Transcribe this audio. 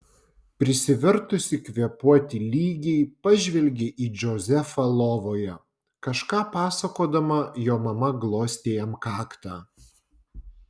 prisivertusi kvėpuoti lygiai pažvelgė į džozefą lovoje kažką pasakodama jo mama glostė jam kaktą